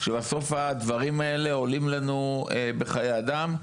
כשבסוף הדברים האלה עולים לנו בחיי אדם,